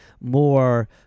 more